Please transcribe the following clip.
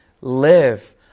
live